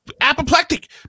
apoplectic